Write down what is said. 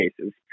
cases